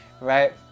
right